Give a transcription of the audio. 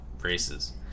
races